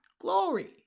Glory